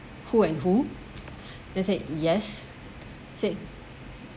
who and who they said yes said